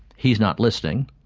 he's not listening,